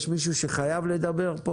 יש מישהו פה שחייב לדבר?